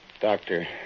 Doctor